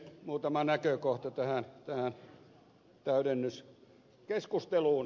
muutama näkökohta tähän täydennyskeskusteluun